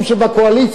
משום מה,